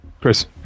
Chris